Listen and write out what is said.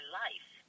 life